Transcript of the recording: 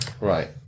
right